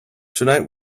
tonight